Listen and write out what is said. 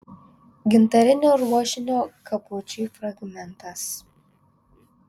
gintarinio ruošinio kabučiui fragmentas